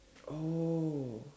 oh